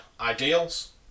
ideals